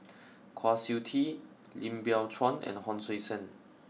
Kwa Siew Tee Lim Biow Chuan and Hon Sui Sen